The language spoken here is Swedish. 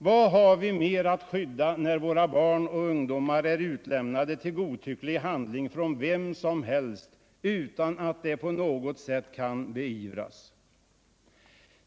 Vad har vi mer att skydda när våra barn och ungdomar är utlämnade till godtycklig handling från vem som helst, utan att det på något sätt kan beivras?